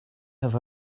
have